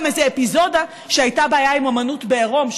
איזו אפיזודה שהייתה בעיה עם אומנות בעירום,